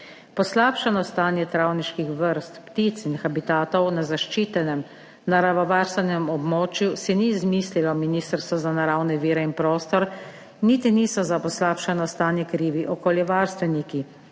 Poslabšano stanje travniških vrst, ptic in habitatov na zaščitenem naravovarstvenem območju si ni izmislilo Ministrstvo za naravne vire in prostor, niti niso za poslabšano stanje krivi okoljevarstveniki,